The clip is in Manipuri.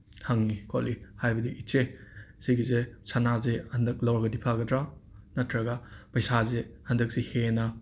ꯍꯪꯉꯤ ꯈꯣꯠꯂꯤ ꯍꯥꯏꯕꯗꯤ ꯏꯆꯦ ꯁꯤꯒꯤꯁꯦ ꯁꯅꯥꯖꯦ ꯍꯟꯗꯛ ꯂꯧꯔꯒꯗꯤ ꯐꯒꯗ꯭ꯔꯥ ꯅꯠꯇ꯭ꯔꯒ ꯄꯩꯁꯥꯁꯦ ꯍꯟꯗꯛꯁꯦ ꯍꯦꯟꯅ